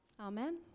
amen